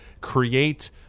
create